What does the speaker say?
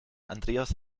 andreas